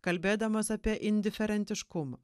kalbėdamas apie indiferentiškumą